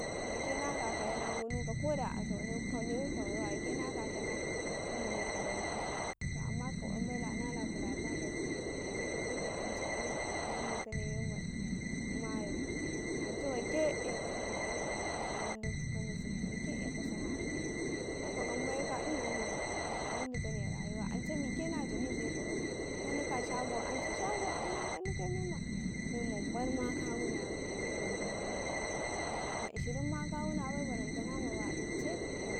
wai ke nakakay na gunu kau kada lewi ka maiwa wai ke maka kau na guna a donkau ka kwayi la nala kulata ka duku, to dankuti ance kwayin, kwayin dtane mem ma mayau ance weke ekasi mayi ka menda ka mzi waika ekasi mayau, ka ka kwayin baiye ka ina miya kwayin ditane ance mike na jane se ka kwayin kaduka ance ayanma kadukaye mema hbaɗ ma ka wuna bai baran tare ma badu ma hbad ma k- ma wuna bai7 balantana ma baɗu